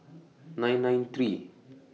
nine nine three